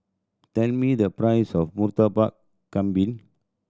tell me the price of Murtabak Kambing